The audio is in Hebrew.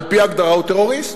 על-פי ההגדרה הוא טרוריסט,